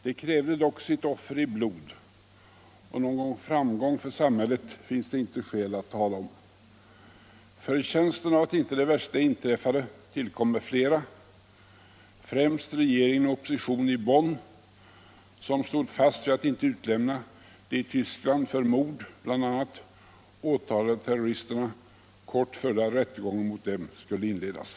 Det krävde dock sitt offer i blod, och någon framgång för samhället finns det icke skäl att tala om. Förtjänsten av att inte det värsta inträffade tillkommer flera, främst regeringen och oppositionen i Bonn som stod fast vid att inte utlämna de i Tyskland för bl.a. mord åtalade terroristerna kort före det att rättegången mot dem skulle inledas.